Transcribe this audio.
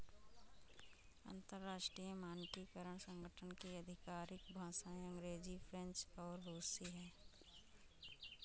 अंतर्राष्ट्रीय मानकीकरण संगठन की आधिकारिक भाषाएं अंग्रेजी फ्रेंच और रुसी हैं